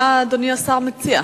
מה אדוני השר מציע?